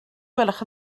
gwelwch